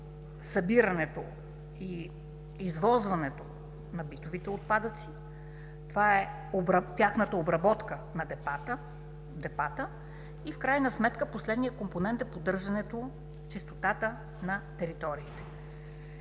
събирането и извозването на битовите отпадъци; тяхната обработка в депата; последният компонент е поддържането чистотата на териториите.